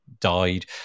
died